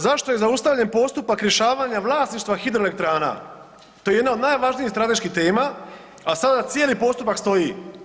Zašto je zaustavljen postupak rješavanja vlasništva hidroelektrana, to je jedna od najvažnijih strateških tema, a sada cijeli postupak stoji?